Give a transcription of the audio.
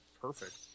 Perfect